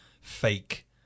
fake